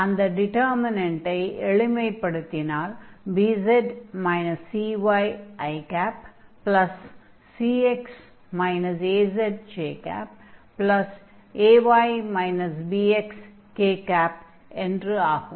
அந்த டிடெர்மினன்ட்டை எளிமைப்படுத்தினால் ijk என்று ஆகும்